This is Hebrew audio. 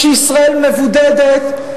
כשישראל מבודדת,